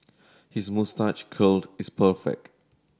his moustache curled is perfect